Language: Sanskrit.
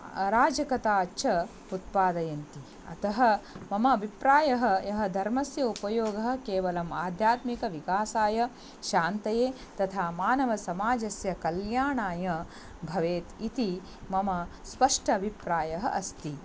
अराजकता च उत्पादयन्ति अतः मम अभिप्रायः यः धर्मस्य उपयोगः केवलम् आध्यात्मिकविकासाय शान्तये तथा मानवसमाजस्य कल्याणाय भवेत् इति मम स्पष्टः अभिप्रायः अस्ति